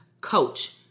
coach